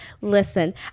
listen